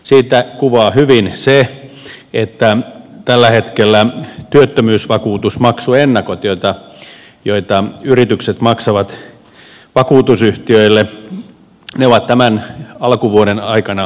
sitä kuvaa hyvin se että työttömyysvakuutusmaksuennakot joita yritykset maksavat vakuutusyhtiöille ovat tämän alkuvuoden aikana pienentyneet